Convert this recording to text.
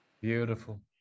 Beautiful